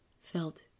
felt